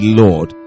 lord